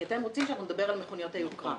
כי אתם רוצים שאנחנו נדבר על מכוניות היוקרה,